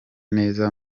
neza